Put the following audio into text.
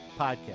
podcast